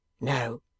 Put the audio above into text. No